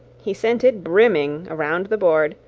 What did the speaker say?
he sent it brimming, around the board,